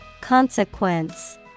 Consequence